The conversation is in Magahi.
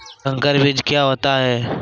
संकर बीज क्या होता है?